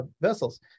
vessels